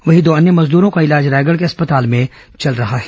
वहीं दो अन्य मजदूरो का इलाज रायगढ़ के अस्पताल में चल रहा है